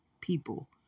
people